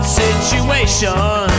situation